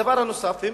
דבר נוסף,